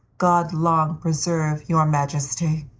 god long preserve your majesty.